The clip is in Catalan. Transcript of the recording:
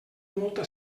molta